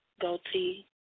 Goatee